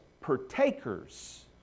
partakers